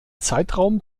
zeitraum